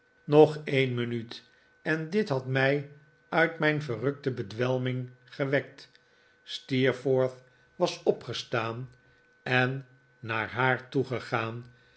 nog een minuut en dit had mij uit mijn verrukte bedwelming gewekt steerforth was opgestaan en naar haar toegegaan